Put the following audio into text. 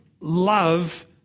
love